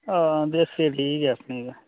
हां देसी ठीक ऐ अपनी